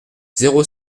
zéro